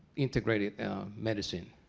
integrative medicine?